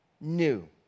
new